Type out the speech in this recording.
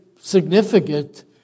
significant